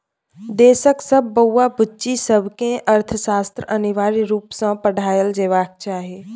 देशक सब बौआ बुच्ची सबकेँ अर्थशास्त्र अनिवार्य रुप सँ पढ़ाएल जेबाक चाही